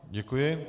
Děkuji.